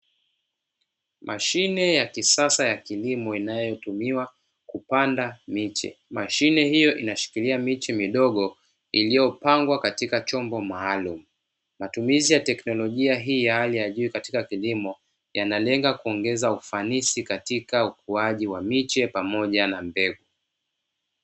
Mashine ya kisasa ya kilimo inayotumiwa kupanda miche, mashine hiyo inashikilia miche midogo iliyopangwa katika chombo maalumu, matumizi ya teknolojia hii ya hali ya juu katika kilimo yanalenga kuongeza ufanisi katika ukuaji wa miche pamoja na mbegu.